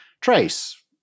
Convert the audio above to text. Trace